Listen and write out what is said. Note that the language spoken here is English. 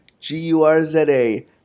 G-U-R-Z-A